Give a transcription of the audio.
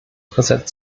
präsent